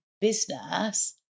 business